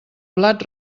blat